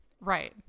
right